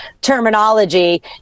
terminology